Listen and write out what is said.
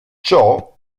ciò